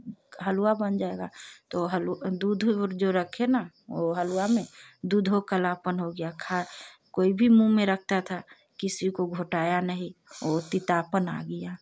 हलवा बन जाएगा तो हलु दूध जो रखे न वह हलवा में दूधो कालापन हो गया खा कोई भी मुँह में रखता था किसी को घोटाया नहीं वह तीतापन आ गिया